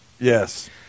Yes